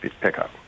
pickup